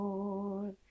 Lord